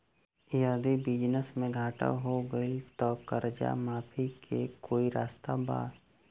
यदि बिजनेस मे घाटा हो गएल त कर्जा माफी के कोई रास्ता बा?